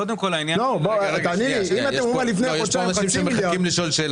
תוכלי לענות לי על זה?